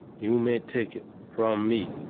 you may take it from me